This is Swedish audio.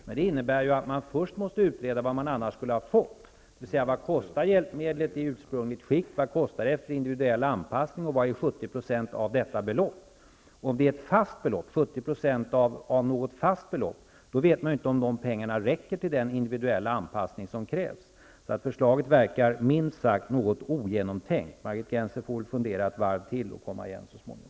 Det innebär att man först måste utreda vad den handikappade annars skulle ha fått, dvs. vad hjälpmedlet kostar i ursprungligt skick, vad det kostar efter individuell anpassning och vad som är 70 % av detta belopp. Om det är fråga om 70 % av ett fast belopp vet man ju inte om pengarna räcker till den individuella anpassning som krävs. Förslaget verkar därför minst sagt något ogenomtänkt. Margit Gennser får väl fundera ett varv till och komma igen så småningom.